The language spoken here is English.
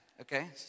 Okay